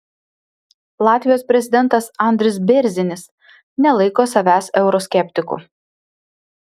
latvijos prezidentas andris bėrzinis nelaiko savęs euroskeptiku